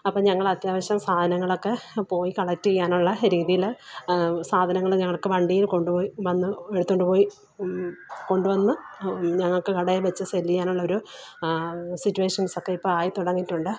അപ്പം ഞങ്ങൾ അത്യാവശ്യം സാധനങ്ങളൊക്കെ പോയി കളക്റ്റ് ചെയ്യാനുള്ള രീതിയിൽ സാധനങ്ങൾ ഞങ്ങള്ക്ക് വണ്ടിയില് കൊണ്ടുപോയി വന്ന് എടുത്തുകൊണ്ട് പോയി കൊണ്ടുവന്ന് ഞങ്ങൾക്ക് കടയില് വച്ച് സെല്ല് ചെയ്യാനുള്ളൊരു സിറ്റുവേഷന്സൊക്കെ ഇപ്പോൾ ആയി തുടങ്ങിയിട്ടുണ്ട്